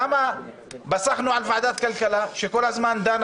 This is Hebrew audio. למה פסחנו על ועדת כלכלה שכל הזמן דנה